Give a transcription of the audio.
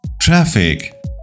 Traffic